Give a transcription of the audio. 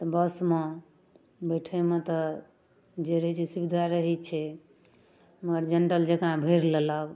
तऽ बसमे बैठैमे तऽ जे रहै छै सुविधा रहै छै मर जनरल जकाँ भरि लेलक